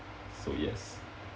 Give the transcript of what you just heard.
so yes